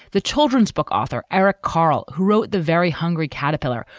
the children's book author eric carle, who wrote the very hungry caterpillar,